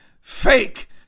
fake